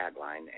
tagline